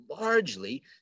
largely